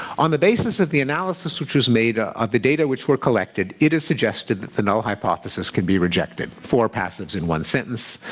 on the basis of the analysis analysis which was made ah of the data which were collected, it is suggested that the null hypothesis can be rejected. for passives in one sentence.